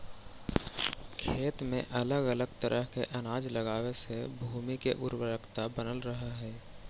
खेत में अलग अलग तरह के अनाज लगावे से भूमि के उर्वरकता बनल रहऽ हइ